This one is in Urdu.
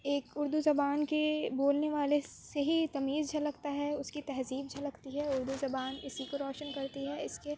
ایک اُردو زبان کے بولنے والے سے ہی تمیز جھلکتا ہے اُس کی تہذیب جھلکتی ہے اُردو زبان اِسی کو روشن کرتی ہے اِس کے